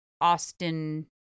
austin